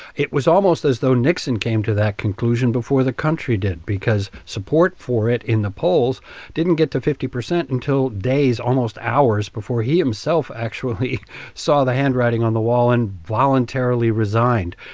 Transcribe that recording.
it was almost as though nixon came to that conclusion before the country did because support for it in the polls didn't get to fifty percent until days, almost hours before he, himself, actually saw the handwriting on the wall and voluntarily resigned.